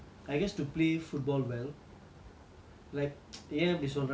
like ஏன் அப்டி சொல்றேன்னா:yean apdi solraenaa it's not that I don't play soccer well lah